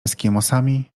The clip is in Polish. eskimosami